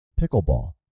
pickleball